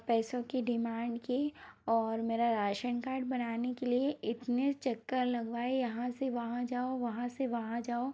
पैसों की डिमांड की और मेरा राशन कार्ड बनाने के लिए इतने चक्कर लगवाए यहाँ से वहाँ जाओ वहाँ से वहाँ जाओ